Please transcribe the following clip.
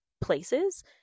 places